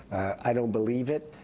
i don't believe it.